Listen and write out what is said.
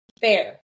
fair